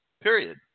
Period